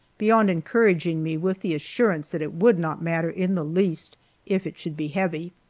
beyond encouraging me with the assurance that it would not matter in the least if it should be heavy.